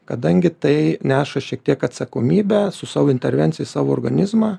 kadangi tai neša šiek tiek atsakomybę su savo intervencija į savo organizmą